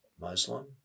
Muslim